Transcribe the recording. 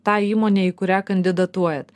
tą įmonę į kurią kandidatuojat